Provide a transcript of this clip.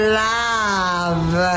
love